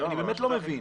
אני באמת לא מבין,